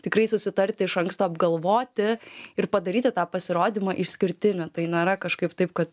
tikrai susitarti iš anksto apgalvoti ir padaryti tą pasirodymą išskirtiniu tai nėra kažkaip taip kad